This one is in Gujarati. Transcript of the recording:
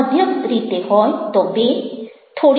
મધ્યમ રીતે હોય તો ૨